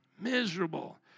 miserable